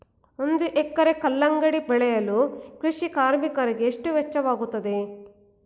ಒಂದು ಎಕರೆ ಕಲ್ಲಂಗಡಿ ಬೆಳೆಯಲು ಕೃಷಿ ಕಾರ್ಮಿಕರಿಗೆ ಎಷ್ಟು ವೆಚ್ಚವಾಗುತ್ತದೆ?